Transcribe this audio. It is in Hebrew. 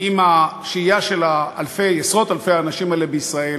עם השהייה של עשרות-אלפי האנשים האלה בישראל